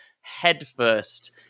headfirst